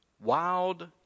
wild